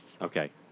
Okay